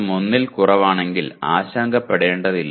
1 ൽ കുറവാണെങ്കിൽ ആശങ്കപ്പെടേണ്ടതില്ല